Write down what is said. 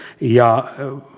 ja